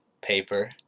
Paper